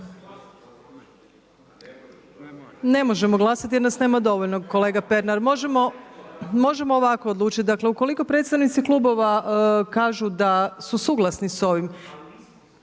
Ne možemo glasati jer nas nema dovoljno kolega Pernar. Možemo ovako odlučiti. Dakle, ukoliko predstavnici klubova kažu da su suglasni sa ovim.